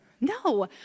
No